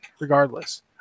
regardless